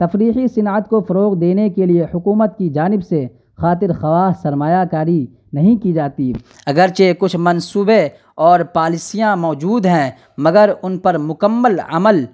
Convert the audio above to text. تفریحی صنعت کو فروغ دینے کے لیے حکومت کی جانب سے خاطر خواہ سرمایہ کاری نہیں کی جاتی اگرچہ کچھ منصوبے اور پالیسیاں موجود ہیں مگر ان پر مکمل عمل